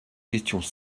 questions